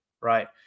right